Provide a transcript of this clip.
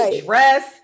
dress